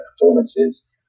performances